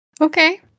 Okay